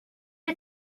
had